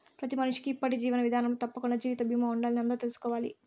ప్రతి మనిషికీ ఇప్పటి జీవన విదానంలో తప్పకండా జీవిత బీమా ఉండాలని అందరూ తెల్సుకోవాలి